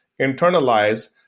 internalize